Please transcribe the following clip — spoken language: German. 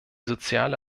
soziale